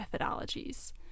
methodologies